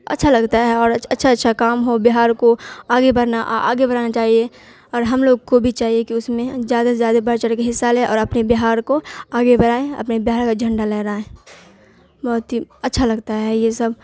اچھا لگتا ہے اور اچھا اچھا کام ہو بہار کو آگے بڑھنا آگے بڑاھانا چاہیے اور ہم لوگ کو بھی چاہیے کہ اس میں زیادہ سے زیادہ برھ چرھ کے حصہ لے اور اپنے بہار کو آگے برھائیں اپنے بہار کا جھنڈا لہرائیں بہت ہی اچھا لگتا ہے یہ سب